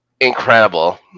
incredible